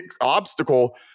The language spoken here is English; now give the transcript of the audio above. obstacle